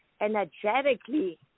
energetically